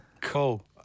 cool